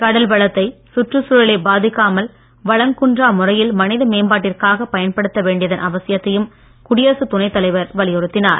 கடல் வளத்தை சுற்றுச் சூழலை பாதிக்காமல் வளங் குன்றா முறையில் மனித மேம்பாட்டிற்காக பயன்படுத்த வேண்டியதன் அவசியத்தையும் குடியரசு துணை தலைவர் வலியுறுத்தினார்